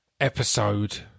episode